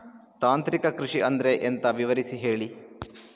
ತಾಂತ್ರಿಕ ಕೃಷಿ ಅಂದ್ರೆ ಎಂತ ವಿವರಿಸಿ ಹೇಳಿ